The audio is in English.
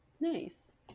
Nice